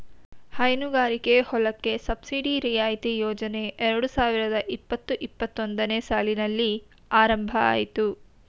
ಹೈನುಗಾರಿಕೆ ಹೊಲಕ್ಕೆ ಸಬ್ಸಿಡಿ ರಿಯಾಯಿತಿ ಯೋಜನೆ ಎರಡು ಸಾವಿರದ ಇಪ್ಪತು ಇಪ್ಪತ್ತೊಂದನೇ ಸಾಲಿನಲ್ಲಿ ಆರಂಭ ಅಯ್ತು